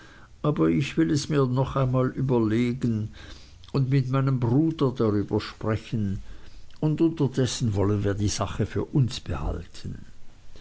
aber ich will es mir noch einmal überlegen und mit meinem bruder darüber sprechen und unterdessen wollen wir die sache für uns behalten